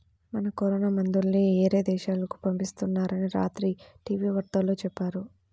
మన కరోనా మందుల్ని యేరే దేశాలకు పంపిత్తున్నారని రాత్రి టీవీ వార్తల్లో చెప్పారు